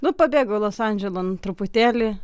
nu pabėgau į los andželan truputėlį